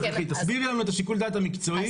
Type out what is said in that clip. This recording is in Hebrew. תסבירי לנו את שיקול הדעת המקצועי,